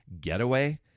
getaway